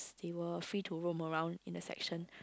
they were free to roam around in the section